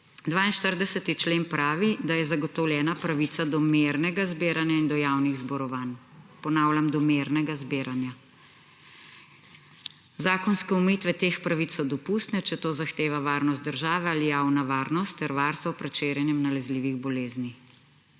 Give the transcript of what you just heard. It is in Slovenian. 42. člen pravi, da je zagotovljena pravica do mirnega zbiranja in do javnih zborovanj. Ponavljam, do mirnega zbiranja. Zakonske omejitve teh pravic so dopustne, če to zahteva varnost države ali javna varnost ter varstvo pred širjenjem nalezljivih bolezni.